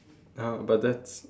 !huh! but that's